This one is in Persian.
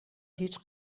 هیچ